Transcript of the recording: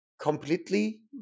completely